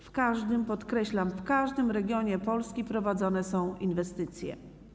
W każdym, podkreślam: w każdym, regionie Polski prowadzone są inwestycje.